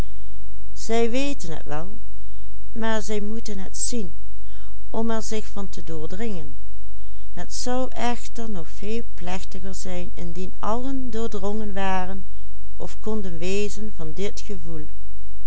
zij moeten het zien om er zich van te doordringen het zou echter nog veel plechtiger zijn indien allen doordrongen waren of konden wezen van dit gevoel